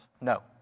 No